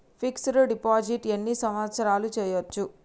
Fix డ్ deposit ఎన్ని సంవత్సరాలు చేయచ్చు?